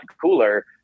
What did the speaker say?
cooler